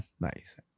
Nice